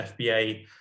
FBA